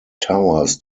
towers